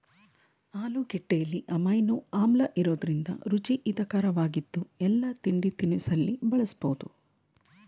ಆಲೂಗೆಡ್ಡೆಲಿ amino ಆಮ್ಲಇರೋದ್ರಿಂದ ರುಚಿ ಹಿತರಕವಾಗಿದ್ದು ಎಲ್ಲಾ ತಿಂಡಿತಿನಿಸಲ್ಲಿ ಬಳಸ್ಬೋದು